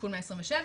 תיקון 127,